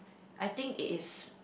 I think it is